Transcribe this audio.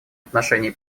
отношении